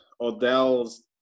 Odell's